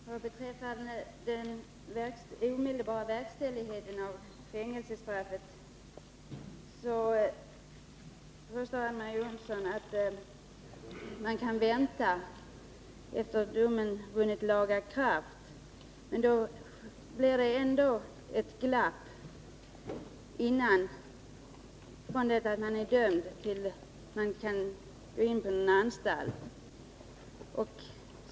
Herr talman! Beträffande den omedelbara verkställigheten av fängelsestraffet säger Marie-Ann Johansson att man skall vänta till dess att domen vunnit laga kraft. Det blir ändå ett glapp fr.o.m. den tidpunkt då man döms och fram till dess att man kommer in på anstalt.